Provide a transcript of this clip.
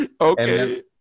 Okay